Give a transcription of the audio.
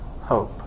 hope